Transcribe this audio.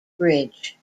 bridge